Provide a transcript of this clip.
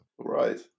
Right